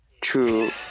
True